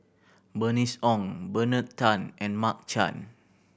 Bernice Ong Bernard Tan and Mark Chan